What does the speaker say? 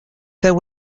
there